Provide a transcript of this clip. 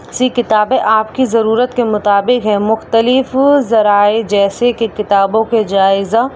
سی کتابیں آپ کی ضرورت کے مطابق ہیں مختلف ذرائع جیسے کہ کتابوں کے جائزہ